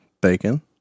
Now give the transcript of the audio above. bacon